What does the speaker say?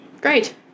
Great